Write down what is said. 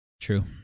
True